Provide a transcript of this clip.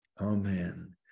Amen